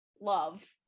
love